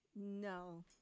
No